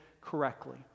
correctly